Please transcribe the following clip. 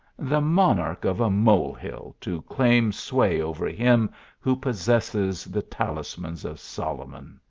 the monarch of a mole-hill to claim sway over him who possesses the talismans of solomon.